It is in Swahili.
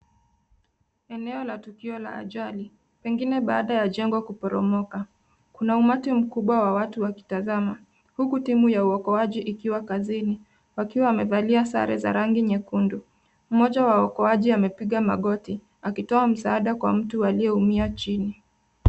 Eneo la tukio la ajali, pengine baada ya jengo kuporomoka. Kuna umati mkubwa wa watu wakitazama, huku imu ya uokoaji ikiwa kazini, wakiwa wamevalia sare za rangi nyekundu, na mmoja wa waokoaji amepiga magoti akitoa msaada kwa mtu aliyeumia chini.